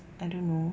I don't know